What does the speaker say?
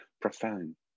profound